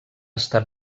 estat